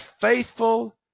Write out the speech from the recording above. faithful